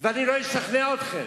ואני לא אשכנע אתכם.